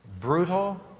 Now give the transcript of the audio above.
brutal